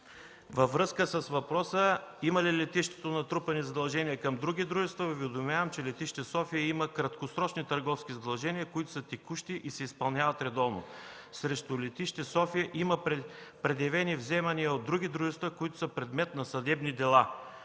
Във връзка с въпроса има ли летището натрупани задължения към други дружества, Ви уведомявам, че летище София има краткосрочни търговски задължения, които са текущи и се изпълняват редовно. Срещу летище София има предявени вземания от други дружества, които са предмет на съдебни дела.